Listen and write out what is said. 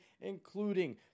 including